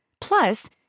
Plus